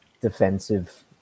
defensive